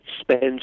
spends